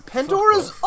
Pandora's